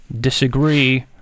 disagree